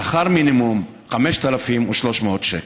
שכר מינימום, 5,300 שקל.